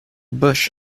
bush